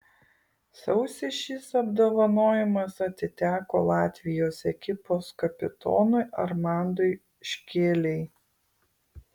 sausį šis apdovanojimas atiteko latvijos ekipos kapitonui armandui škėlei